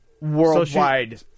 worldwide